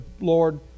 Lord